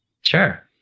Sure